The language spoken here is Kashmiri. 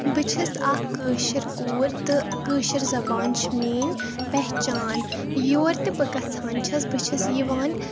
بہٕ چھَس اَکھ کٲشِر کوٗر تہٕ کٲشِر زَبان چھِ میٛٲنۍ پہچان یور تہِ بہٕ گژھان چھَس بہٕ چھَس یِوان